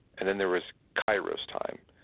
and then there was kairos time.